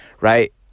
right